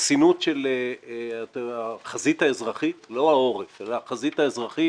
החסינות של החזית האזרחית לא העורף אלא החזית האזרחית